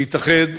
להתאחד.